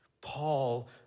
Paul